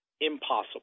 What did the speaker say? impossible